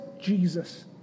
Jesus